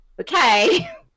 okay